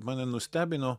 mane nustebino